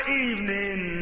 evening